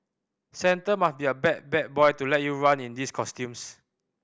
Santa must be a bad bad boy to let you run in these costumes